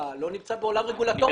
אתה לא נמצא בעולם רגולטורי